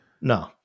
No